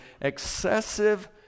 excessive